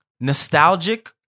Nostalgic